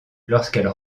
lorsqu’elle